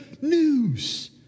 news